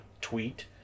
tweet